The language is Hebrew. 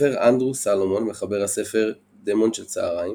הסופר אנדרו סלומון מחבר הספר "דמון של צהריים",